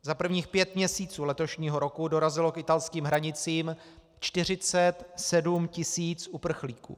Za prvních pět měsíců letošního roku dorazilo k italským hranicím 47 tis. uprchlíků.